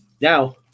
Now